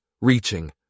reaching